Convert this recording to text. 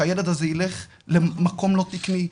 שהילד הזה ילך למקום לא תקני.